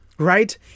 Right